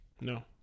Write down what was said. No